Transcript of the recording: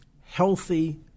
healthy